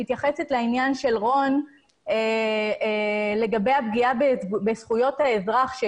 אני מתייחסת לעניין שהעלה רון לגבי הפגיעה בזכויות האזרח.